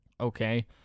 Okay